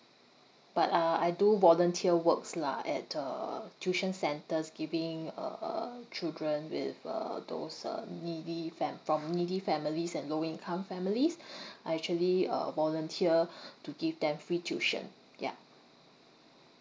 but uh I do volunteer works lah at uh tuition centres giving uh uh children with uh those uh needy fam~ from needy families and low income families I actually uh volunteer to give them free tuition ya